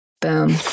Boom